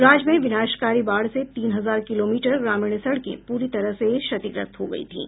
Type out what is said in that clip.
राज्य में विनाशकारी बाढ़ से तीन हजार किलोमीटर ग्रामीण सड़कें पूरी तरह से क्षतिग्रस्त हो गई थीं